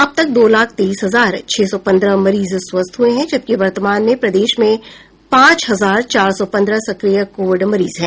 अब तक दो लाख चौबीस हजार दो सौ इक्कीस मरीज स्वस्थ हुए हैं जबकि वर्तमान में प्रदेश में पांच हजार एक सौ नवासी सक्रिय कोविड मरीज हैं